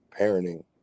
parenting